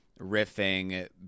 riffing